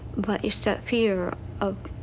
but it's that fear of